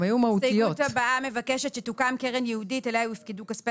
ההסתייגות הבאה מבקשת שתוקם קרן ייעודית אליה יופקדו כספי